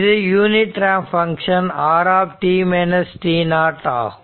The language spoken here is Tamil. இது யூனிட் ரேம்ப் பங்க்ஷன் r ஆகும்